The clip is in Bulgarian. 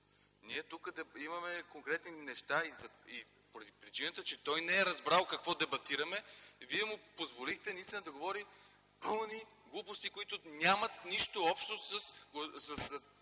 Ние тук имаме конкретни неща и поради причината, че той не е разбрал какво дебатираме Вие му позволихте наистина да говори пълни глупости, които нямат нищо общо с